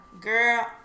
girl